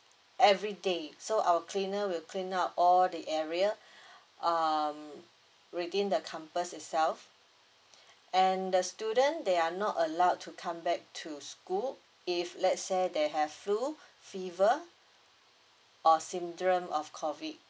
everyday so our cleaner will clean up all the area um within the campus itself and the student they are not allowed to come back to school if let's say they have flu fever or syndrome of COVID